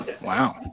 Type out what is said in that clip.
Wow